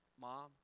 Mom